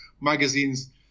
magazines